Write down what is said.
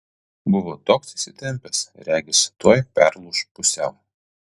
buvo toks įsitempęs regis tuoj perlūš pusiau